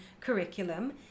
curriculum